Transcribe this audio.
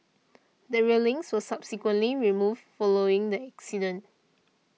the railings were subsequently removed following the accident